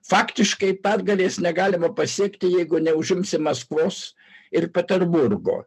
faktiškai pergalės negalima pasiekti jeigu neužimsi maskvos ir peterburgo